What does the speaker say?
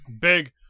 Big